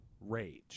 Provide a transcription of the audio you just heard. rage